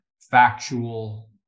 factual